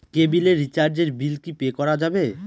কেবিলের রিচার্জের বিল কি পে করা যাবে?